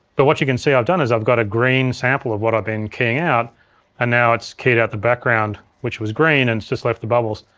but what you can see i've done is i've got a green sample of what i've been keying out and now it's keyed out the background which was green and it's just left the bubbles.